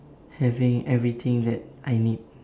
having everything that I need